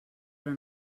però